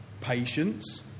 patience